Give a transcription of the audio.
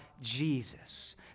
Jesus